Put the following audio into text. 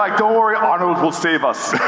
like don't worry, autos will save us.